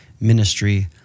ministry